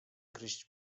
gryźć